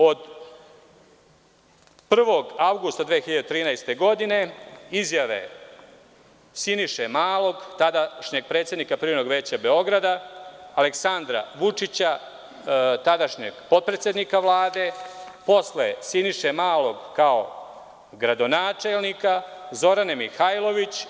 Od 1. avgusta 2013. godine izjave Siniše Malog, tadašnjeg predsednika Privrednog veća Beograda, Aleksandra Vučića, tadašnjeg potpredsednika Vlade, opet Siniše Malog, kao gradonačelnika, Zorane Mihajlović.